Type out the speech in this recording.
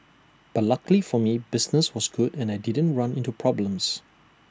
but luckily for me business was good and I didn't run into problems